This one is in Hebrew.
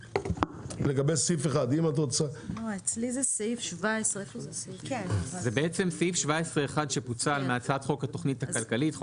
לגבי סעיף 1. זה בעצם 17(1) שפוצל מהצעת חוק התכנית הכלכלית,